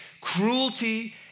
cruelty